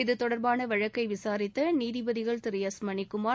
இதுதொடர்பான வழக்கை விசாரித்த நீதிபதிகள் திரு எஸ் மணிக்குமார்